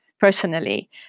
Personally